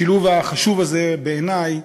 השילוב החשוב הזה, בעיני,